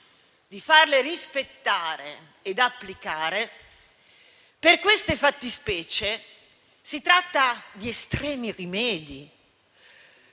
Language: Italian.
di farle rispettare ed applicare, per queste fattispecie si tratta di estremi rimedi,